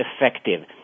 effective